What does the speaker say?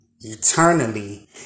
eternally